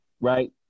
right